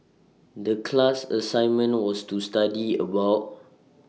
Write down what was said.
The class assignment was to study about